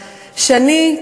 שאני,